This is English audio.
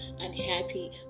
unhappy